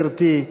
גברתי.